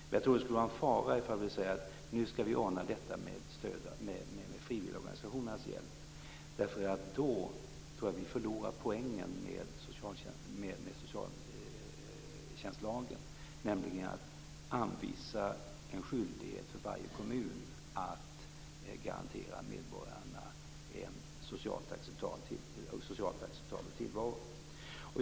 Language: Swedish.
Jag tror att det skulle vara en fara om vi sade att vi skall ordna detta med frivilligorganisationernas hjälp. Då tror jag nämligen att vi förlorar poängen med socialtjänstlagen, nämligen att anvisa en skyldighet för varje kommun att garantera medborgarna en socialt acceptabel tillvaro.